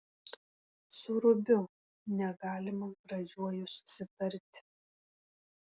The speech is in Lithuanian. su rubiu negalima gražiuoju susitarti